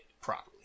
properly